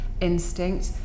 instinct